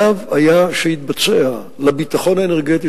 שחייבים על-פיהם לעבור לגז ולעזוב את השימוש באמצעי האנרגיה